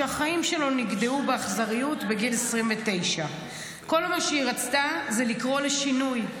שהחיים שלו נגדעו באכזריות בגיל 29. כל מה שהיא רצתה זה לקרוא לשינוי,